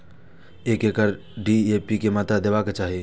एक एकड़ में डी.ए.पी के मात्रा देबाक चाही?